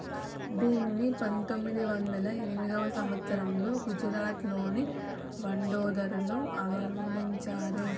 దీనిని పంతొమ్మిది వందల ఎనిమిదో సంవచ్చరంలో గుజరాత్లోని వడోదరలో ఆరంభించారు